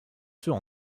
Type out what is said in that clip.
ceux